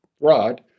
Rod